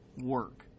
work